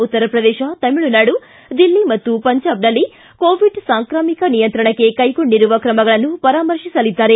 ಉತ್ತರಪ್ರದೇಶ ತಮಿಳುನಾಡು ದಿಲ್ಲಿ ಮತ್ತು ಪಂಜಾಬ್ನಲ್ಲಿ ಕೋವಿಡ್ ಸಾಂಕ್ರಾಮಿಕ ನಿಯಂತ್ರಣಕ್ಕೆ ಕೈಗೊಂಡಿರುವ ಕ್ರಮಗಳನ್ನು ಪರಾಮರ್ಶಿಸಲಿದ್ದಾರೆ